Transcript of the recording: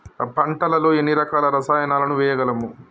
పంటలలో ఎన్ని రకాల రసాయనాలను వేయగలము?